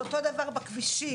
זה אותו דבר בכבישים.